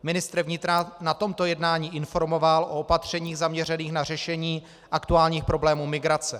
Ministr vnitra na tomto jednání informoval o opatřeních zaměřených na řešení aktuálních problémů migrace.